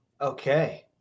okay